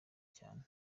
cyane